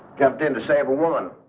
them to say but one.